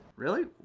really?